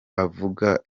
bavuga